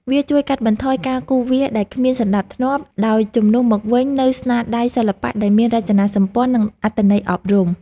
វាជួយកាត់បន្ថយការគូសវាសដែលគ្មានសណ្ដាប់ធ្នាប់ ដោយជំនួសមកវិញនូវស្នាដៃសិល្បៈដែលមានរចនាសម្ព័ន្ធ និងអត្ថន័យអប់រំ។